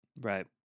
right